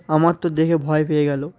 আমার তো দেখে ভয় পেয়ে গেল